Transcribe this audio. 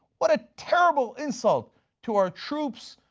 what a terrible insult to our troops,